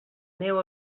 neu